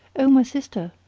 o my sister,